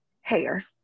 hair